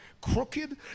crooked